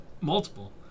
Multiple